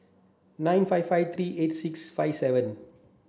nine five five three eight six five seven